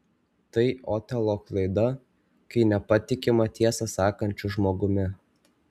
tai otelo klaida kai nepatikima tiesą sakančiu žmogumi